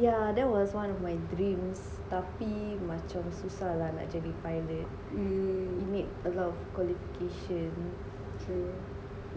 yeah that was one of my dreams tapi macam susah lah nak jadi pilot you need a lot of qualification